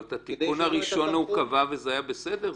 אבל את התיקון הראשון הוא קבע וזה היה בסדר?